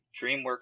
dreamworks